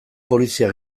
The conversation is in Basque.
polizia